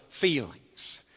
feelings